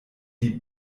die